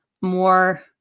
more